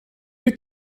wyt